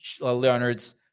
Leonard's